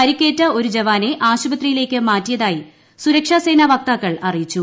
പരിക്കേറ്റ ഒരു ജവാനെ ആശുപത്രിയിലേക്ക് മാറ്റിയതായി സുരക്ഷാ സേന വക്താക്കൾ അറിയിച്ചു